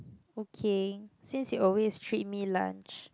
okay since you always treat me lunch